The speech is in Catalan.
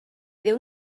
déu